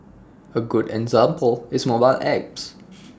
A good example is mobile apps